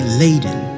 laden